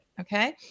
Okay